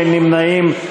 אין נמנעים.